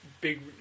big